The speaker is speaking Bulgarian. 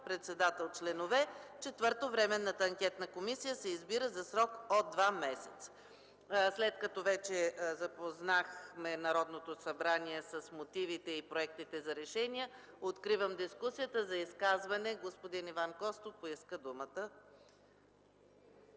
Председател:..., членове:... 4. Временната анкетна комисия се избира за срок от два месеца.” След като вече запознахме Народното събрание с мотивите и проектите за решения, откривам дискусията. За изказване – господин Иван Костов поиска думата.